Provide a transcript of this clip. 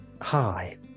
hi